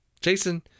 Jason